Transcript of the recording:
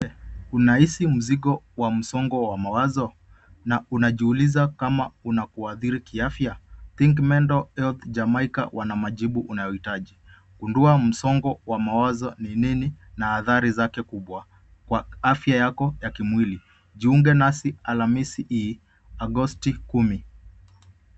Una hisi mzigo wa msongo wa mawazo, Unajiuliza kama unakuadhiri kiafya? Think mental health jamaica wana majibu unayo hitaji. Gundua msongo wa mawazo ni nini ,na adhari zake kubwa kwa afya yako ya kimwili. Jiunge nasi alhamisi hii, Agosti 10